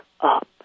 up